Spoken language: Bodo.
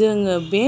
जोङो बे